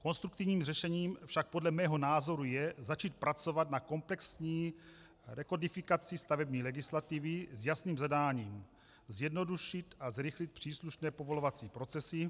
Konstruktivním řešením však podle mého názoru je začít pracovat na komplexní rekodifikaci stavební legislativy s jasným zadáním: zjednodušit a zrychlit příslušné povolovací procesy.